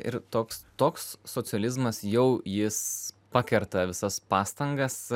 ir toks toks socializmas jau jis pakerta visas pastangas